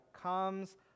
comes